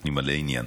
אני מלא עניין.